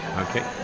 Okay